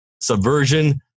subversion